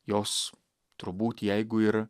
jos turbūt jeigu ir